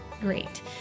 great